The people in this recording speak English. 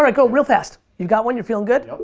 ah go real fast. you've got one, you're feeling good?